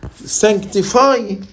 sanctify